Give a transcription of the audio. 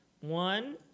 one